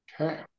Okay